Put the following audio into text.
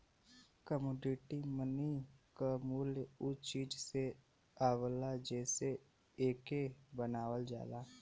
commodity money क मूल्य उ चीज से आवला जेसे एके बनावल जाला